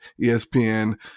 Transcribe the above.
ESPN